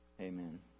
Amen